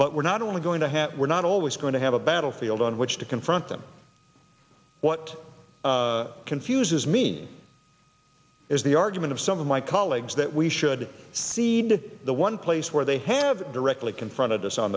but we're not only going to have we're not always going to have a battlefield on which to confront them what confuses me is the argument of some of my colleagues that we should see the one place where they have directly confronted us on